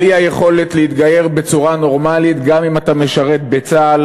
על האי-יכולת להתגייר בצורה נורמלית גם אם אתה משרת בצה"ל,